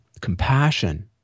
Compassion